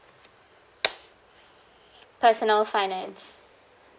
personal finance